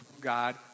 God